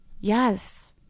yes